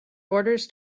orders